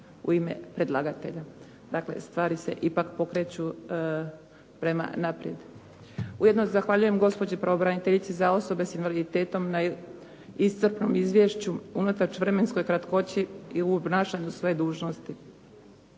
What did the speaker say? u ime predlagatelja, dakle, stvari se ipak pokreću prema naprijed. Ujedno zahvaljujem gospođi pravobraniteljici za osobe sa invaliditetom na iscrpnom izvješću unatoč vremenskoj kratkoći i u obnašanju svoje dužnosti.